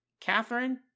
Catherine